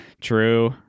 True